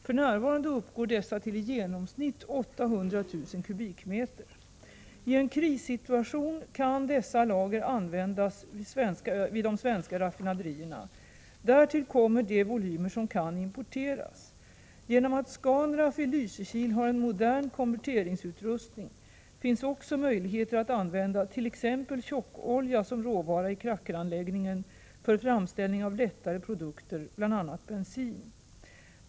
För närvarande uppgår dessa till i genomsnitt 800 000 m?. I en krissituation kan dessa lager användas vid svenska raffinaderier. Därtill kommer de volymer som kan importeras. Genom att Scanraff i Lysekil har en modern konverteringsutrustning finns också möjlighet att använda t.ex. tjockolja som råvara i krackeranläggningen för framställning av lättare produkter, bl.a. bensin.